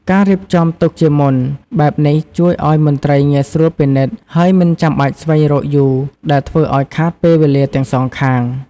ការរៀបចំទុកជាមុនបែបនេះជួយឱ្យមន្ត្រីងាយស្រួលពិនិត្យ ហើយមិនចាំបាច់ស្វែងរកយូរដែលធ្វើឱ្យខាតពេលវេលាទាំងសងខាង។